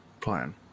plan